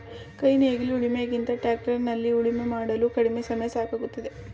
ಕೈ ನೇಗಿಲು ಉಳಿಮೆ ಗಿಂತ ಟ್ರ್ಯಾಕ್ಟರ್ ನಲ್ಲಿ ಉಳುಮೆ ಮಾಡಲು ಕಡಿಮೆ ಸಮಯ ಸಾಕಾಗುತ್ತದೆ